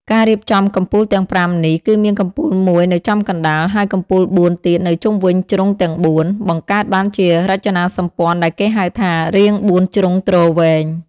ការរៀបចំកំពូលទាំងប្រាំនេះ គឺមានកំពូលមួយនៅចំកណ្តាល ហើយកំពូលបួនទៀតនៅជុំវិញជ្រុងទាំងបួន បង្កើតបានជារចនាសម្ព័ន្ធដែលគេហៅថា រាងបួនជ្រុងទ្រវែង។